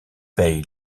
paye